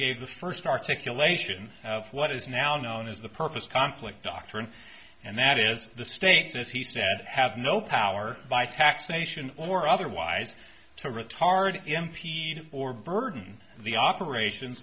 gave the first articulation of what is now known as the purpose conflict doctrine and that is the state that he said have no power by taxation or otherwise to retard impede or burden the operation